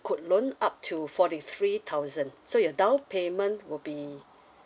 could loan up to forty three thousand so your downpayment will be